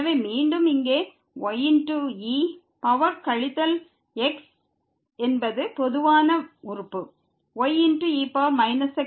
எனவே மீண்டும் இங்கே y e பவர் கழித்தல் x என்பது பொதுவான உறுப்பு y e x ஆகும்